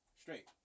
Straight